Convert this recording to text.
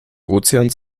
ozeans